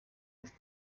ariko